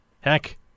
Heck